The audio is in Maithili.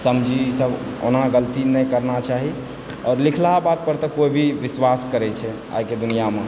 समझिही ईसभ ओना गलती नहि करना चाही लिखलहा बात पर तऽ कोई भी विश्वास करै छै आइके दुनियामे